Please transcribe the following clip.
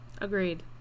Agreed